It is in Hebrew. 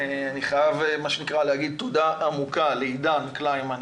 אני חייב להגיד תודה עמוקה לעידן קלימן,